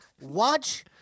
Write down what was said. watch